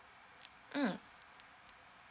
mm